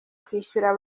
kwishyura